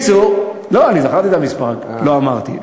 זכרתי את המספר, רק לא אמרתי.